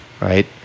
right